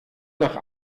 nach